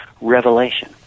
revelation